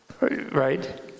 right